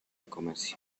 comercio